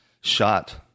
shot